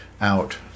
out